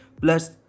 plus